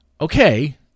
Okay